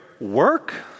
work